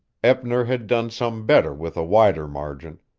eppner had done some better with a wider margin,